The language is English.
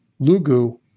Lugu